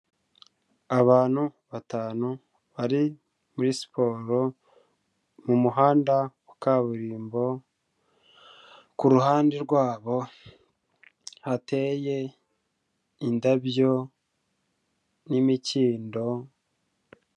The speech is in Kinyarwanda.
Abantu batanu bari muri siporo mu muhanda wa kaburimbo, ku ruhande rwabo hateye indabyo n'imikindo.